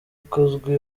ikozwe